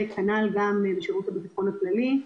וכנ"ל בשירות הביטחון הכללי.